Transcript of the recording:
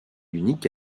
unique